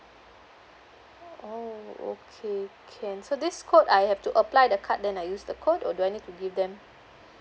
oh okay can so this code I have to apply the card then I use the code or do I need to give them